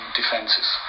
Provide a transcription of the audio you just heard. defenses